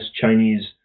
Chinese